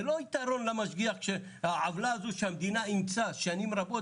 זה לא יתרון למשגיח שהעוולה הזאת שהמדינה אימצה שנים רבות,